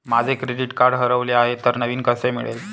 माझे credit card हरवले आहे तर नवीन कसे मिळेल?